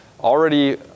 already